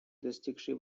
достигшие